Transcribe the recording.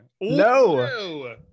no